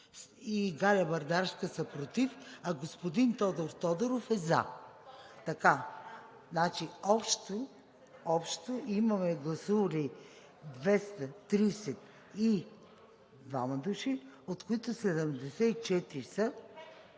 и Галя Бърдарска, са против, а господин Тодор Тодоров е за. Общо имаме гласували 232 души, от които 74 са